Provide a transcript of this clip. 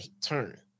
turn